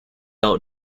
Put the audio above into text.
out